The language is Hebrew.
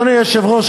אדוני היושב-ראש,